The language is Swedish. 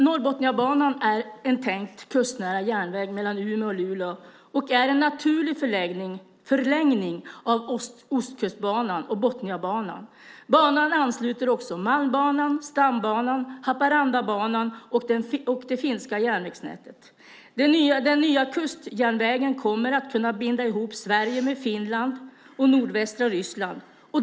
Norrbotniabanan är en tänkt kustnära järnväg mellan Umeå och Luleå och är en naturlig förlängning av Ostkustbanan och Botniabanan. Banan ansluter också Malmbanan, Stambanan, Haparandabanan och det finska järnvägsnätet. Den nya kustjärnvägen kommer att kunna binda ihop Sverige med Finland och nordvästra Ryssland.